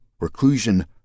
reclusion